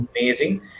amazing